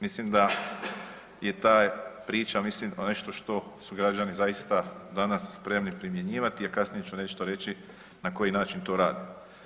Mislim da je ta priča, mislim nešto što su građani zaista danas spremni primjenjivati, a kasnije ću nešto reći na koji način to radim.